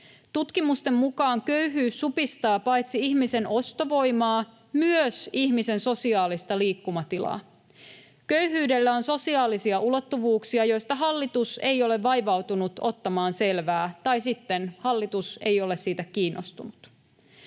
Tutkimusten mukaan köyhyys supistaa paitsi ihmisen ostovoimaa myös ihmisen sosiaalista liikkumatilaa. Köyhyydellä on sosiaalisia ulottuvuuksia, joista hallitus ei ole vaivautunut ottamaan selvää — tai sitten hallitus ei ole siitä kiinnostunut.